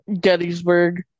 Gettysburg